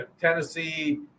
Tennessee